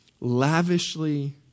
lavishly